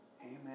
Amen